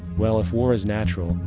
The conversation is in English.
well if war is natural,